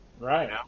right